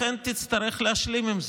תצטרך להשלים עם זה.